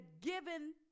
given